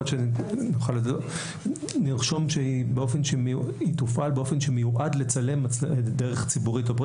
יכול להיות שנוכל לרשום שהיא תופעל באופן שמיועד לצלם דרך ציבורית.